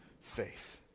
faith